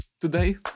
Today